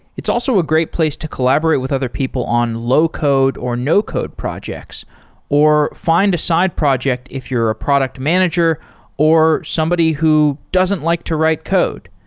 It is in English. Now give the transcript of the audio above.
it's also a great place to collaborate with other people on low code or no code projects or find a side project if you're a product manager or somebody who doesn't like to write code.